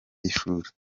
y’ishuri